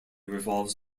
revolves